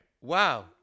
Wow